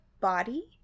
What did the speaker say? body